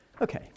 Okay